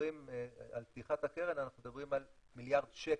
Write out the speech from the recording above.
מדברים על פתיחת הקרן אנחנו מדברים על מיליארד שקל.